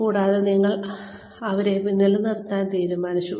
കൂടാതെ നിങ്ങൾ അവരെ നിലനിർത്താൻ തീരുമാനിച്ചു